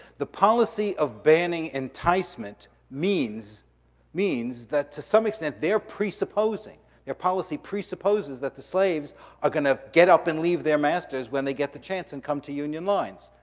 the policy of banning enticement means means that to some extent they're presupposing, their policy presupposes that the slaves are gonna get up and leave their masters when they get the chance and come to union lines.